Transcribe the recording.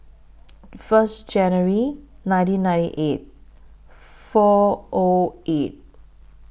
First January nineteen ninety eight four O eight